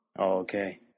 Okay